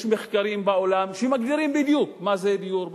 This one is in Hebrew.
יש מחקרים בעולם שמגדירים בדיוק מה זה דיור בר-השגה.